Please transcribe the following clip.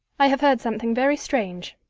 i have heard something very strange.